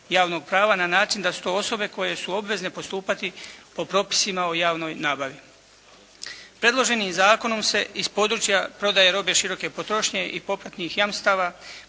na način da su to osobe koje su obvezne postupati po propisima o javnoj nabavi. Predloženim zakonom se iz područja prodaje robe široke potrošnje i popratnih jamstava